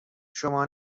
شما